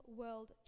world